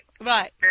Right